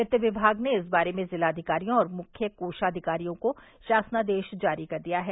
वित्त विभाग ने इस बारे में जिलाधिकारियों और मुख्य कोषाधिकारियों को शासनादेश जारी कर दिया है